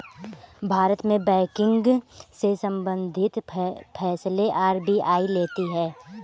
भारत में बैंकिंग से सम्बंधित फैसले आर.बी.आई लेती है